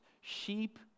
sheep